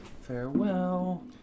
farewell